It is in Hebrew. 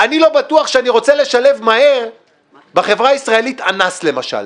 אני לא בטוח שאני רוצה לשלב מהר בחברה הישראלית אנס למשל,